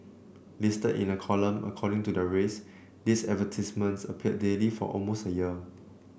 listed in a column according to their race these advertisements appeared daily for almost a year